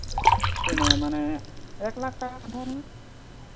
ᱛᱤᱱᱟᱹᱜ ᱢᱟᱱᱮ ᱮᱠ ᱞᱟᱠᱷ ᱴᱟᱠᱟ ᱠᱟᱴᱷᱟ ᱦᱟᱸᱜ